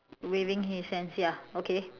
waving his hands ya okay